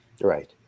Right